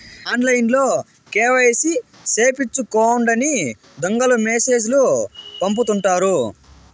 ఆన్లైన్లో కేవైసీ సేపిచ్చుకోండని దొంగలు మెసేజ్ లు పంపుతుంటారు